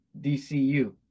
dcu